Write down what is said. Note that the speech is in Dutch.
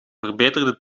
verbeterde